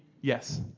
Yes